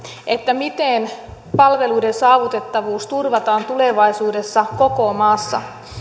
miten palveluiden saavutettavuus turvataan tulevaisuudessa koko maassa